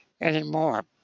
anymore